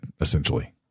essentially